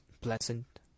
pleasant